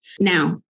Now